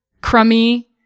crummy